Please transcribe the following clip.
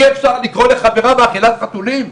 אי-אפשר לקרוא לחברה "מאכילת חתולים".